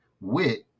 Wit